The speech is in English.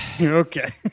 okay